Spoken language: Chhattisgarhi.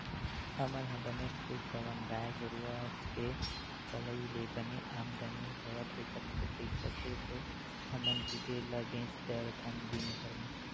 हमन ह बने खुस हवन गाय गरुचा के पलई ले बने आमदानी होवत हे कतको पइसा के तो हमन दूदे ल बेंच डरथन दिनभर म